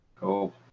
Cool